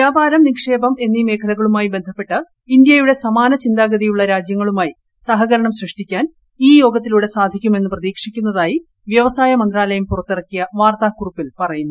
വ്യാപാരം നിക്ഷേപം എന്നീ മേഖലകളുമായി ബന്ധപ്പെട്ട് ഇന്ത്യയുടെ സമാന ചിന്താഗതിയുള്ള രാജ്യങ്ങളുമായി സഹകരണം സൃഷ്ടിക്കാൻ ഈ യോഗത്തിലൂടെ സാധിക്കുമെന്ന് പ്രതീക്ഷിക്കുന്നതായി വൃവസായ മന്ത്രാലയം പുറത്തിറക്കിയ വാർത്താക്കുറിപ്പിൽ പറയുന്നു